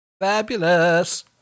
Fabulous